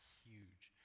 huge